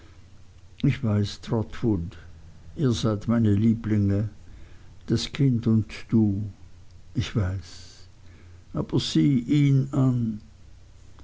ich weiß trotwood ihr seid meine lieblinge das kind und du ich weiß aber sieh ihn an